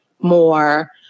more